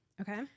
Okay